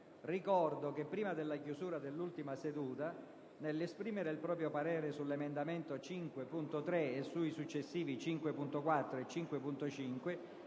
altresì che, prima della chiusura dell'ultima seduta, nell'esprimere il proprio parere sull'emendamento 5.3 e sui successivi 5.4 e 5.5,